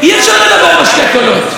אי-אפשר לדבר בשני קולות.